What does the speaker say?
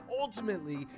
ultimately